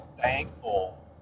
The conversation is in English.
thankful